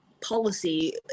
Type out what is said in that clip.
policy